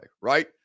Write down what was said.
right